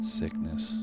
sickness